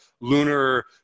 lunar